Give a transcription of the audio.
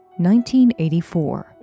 1984